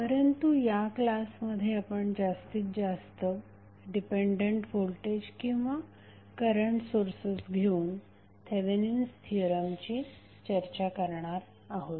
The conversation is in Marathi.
परंतु या क्लासमध्ये आपण जास्तीत जास्त डिपेंडंट व्होल्टेज किंवा करंट सोर्सेस घेऊन थेवेनिन्स थिअरमची चर्चा करणार आहोत